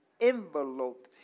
enveloped